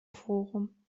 forum